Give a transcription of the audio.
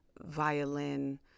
violin